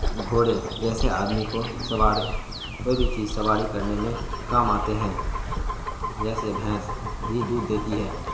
گھوڑے جیسے آدمی کو سوار کوئی بھی چیز سواری کرنے میں کام آتے ہیں جیسے بھینس بھی دودھ دیتی ہے